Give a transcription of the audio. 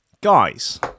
guys